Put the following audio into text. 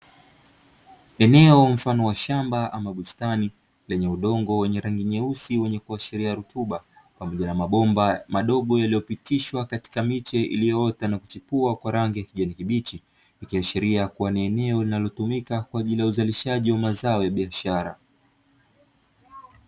Eneo mfano wa shamba au bustani lenye udongo wenye rangi nyeusi yenye kuashiria rutuba, pamoja na mabomba madogo yaliopitishwa katika mche iliyoota na kuchipua kwa rangi ya kijani kibichi, ikiashiria kuwa ni eneo linalotumika kwa ajili ya uzalishaji wa mazao ya biashara.